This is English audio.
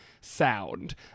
sound